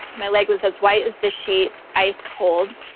my leg was as white as the sheet, ice cold.